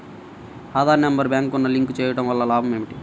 Aadhaar number బ్యాంక్నకు link చేయుటవల్ల లాభం ఏమిటి?